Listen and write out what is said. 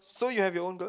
so you have your own gloves